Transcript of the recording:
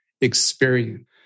experience